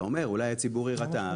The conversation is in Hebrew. אתה אומר, אולי הציבור יירתע.